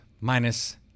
minus